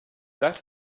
das